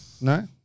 No